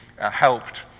helped